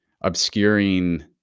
obscuring